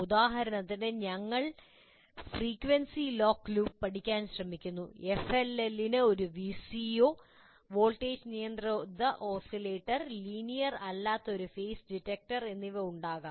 ഉദാഹരണത്തിന് ഇവിടെ ഞങ്ങൾ ഫ്രീക്വൻസി ലോക്ക് ലൂപ്പ് പഠിക്കാൻ ശ്രമിക്കുന്നു FLL ന് ഒരു VCO വോൾട്ടേജ് നിയന്ത്രിത ഓസിലേറ്റർ ലീനിയർ അല്ലാത്ത ഒരു ഫേസ് ഡിറ്റക്ടർ എന്നിവ ഉണ്ടാകും